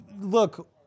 Look